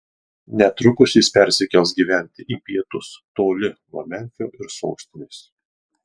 netrukus jis persikels gyventi į pietus toli nuo memfio ir sostinės